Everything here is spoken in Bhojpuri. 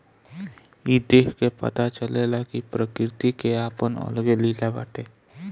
ई देख के पता चलेला कि प्रकृति के आपन अलगे लीला बाटे